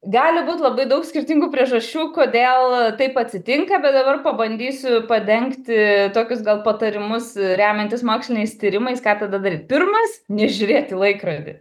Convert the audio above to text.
gali būt labai daug skirtingų priežasčių kodėl taip atsitinka bet dabar pabandysiu padengti tokius gal patarimus remiantis moksliniais tyrimais ką tada daryt pirmas nežiūrėt į laikrodį